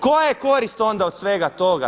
Koja je korist onda od svega toga?